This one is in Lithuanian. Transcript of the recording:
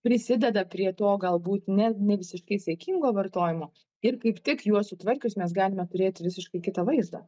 prisideda prie to galbūt ne ne visiškai saikingo vartojimo ir kaip tik juos sutvarkius mes galime turėti visiškai kitą vaizdą